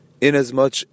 inasmuch